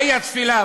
מהי התפילה?